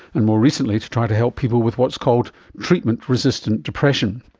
and more recently to try to help people with what's called treatment resistant depression.